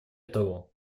того